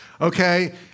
Okay